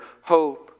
hope